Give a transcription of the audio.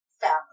family